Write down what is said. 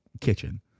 kitchen